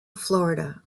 florida